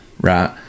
right